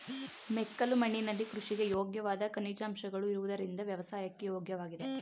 ಮೆಕ್ಕಲು ಮಣ್ಣಿನಲ್ಲಿ ಕೃಷಿಗೆ ಯೋಗ್ಯವಾದ ಖನಿಜಾಂಶಗಳು ಇರುವುದರಿಂದ ವ್ಯವಸಾಯಕ್ಕೆ ಯೋಗ್ಯವಾಗಿದೆ